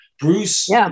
Bruce